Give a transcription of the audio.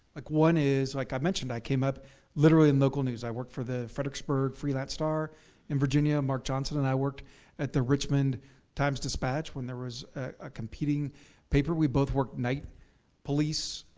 like one is, like i mentioned, i came up literally in local news. i worked for the fredericksburg free lance-star in virginia. mark johnson and i worked at the richmond times-dispatch when there was a competing paper. we both worked night police,